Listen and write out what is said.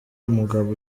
umugabo